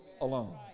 alone